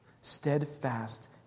Steadfast